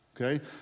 okay